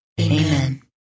Amen